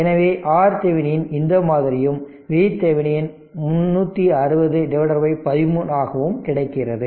எனவே RThevenin இந்த மாதிரியும் VThevenin 360 13 ஆகவும் கிடைக்கிறது